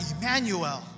Emmanuel